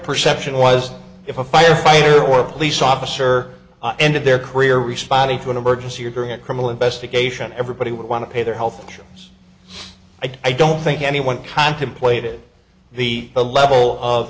perception was if a firefighter or police officer ended their career responding to an emergency or current criminal investigation everybody would want to pay their health insurance i don't think anyone contemplated the level of